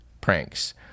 pranks